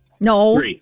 No